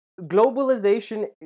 globalization